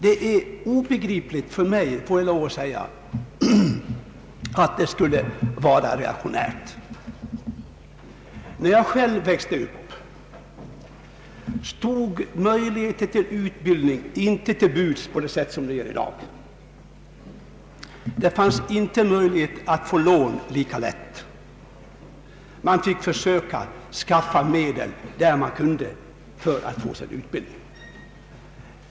Det är obegripligt för mig att det skulle vara reaktionärt. När jag själv växte upp stod möjligheter till utbildning inte till buds på samma sätt som i dag. Det gick inte lika lätt att få lån som nu; man fick försöka skaffa medel till sin utbildning där man kunde.